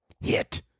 hit